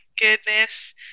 goodness